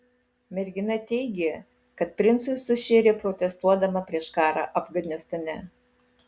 mergina teigė kad princui sušėrė protestuodama prieš karą afganistane